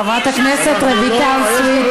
חברת הכנסת רויטל סויד.